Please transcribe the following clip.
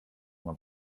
mam